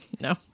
No